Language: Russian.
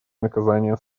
наказания